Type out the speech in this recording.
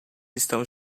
estão